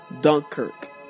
Dunkirk